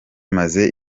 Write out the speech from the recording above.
maze